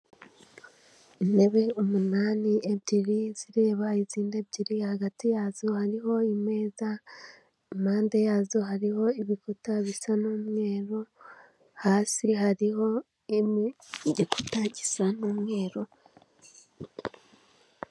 Intebe umunani ebyiri zireba izindi ebyiri hagati yazo hariho imeza impande yazo hariho ibikuta bisa n'umweru hasi hariho emwe igikuta kisa n'umweru.